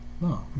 No